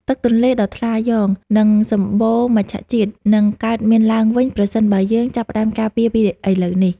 ទឹកទន្លេដ៏ថ្លាយ៉ង និងសម្បូរមច្ឆជាតិនឹងកើតមានឡើងវិញប្រសិនបើយើងចាប់ផ្តើមការពារពីឥឡូវនេះ។